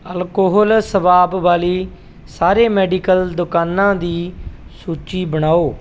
alcohol swab ਵਾਲੀ ਸਾਰੇ medical ਦੁਕਾਨਾਂ ਦੀ ਸੂਚੀ ਬਣਾਓ